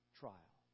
trial